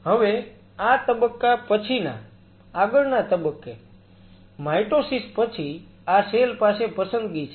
હવે આ તબક્કા પછીના આગળના તબક્કે માયટોસિસ પછી આ સેલ પાસે પસંદગી છે